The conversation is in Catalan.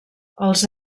els